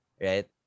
right